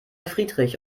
friedrich